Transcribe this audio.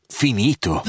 finito